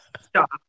Stop